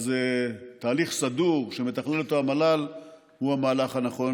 אז תהליך סדור שמתכנן אותו המל"ל הוא המהלך הנכון,